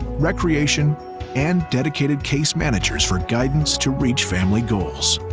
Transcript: recreation and dedicated case managers for guidance to reach family goals.